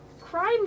crime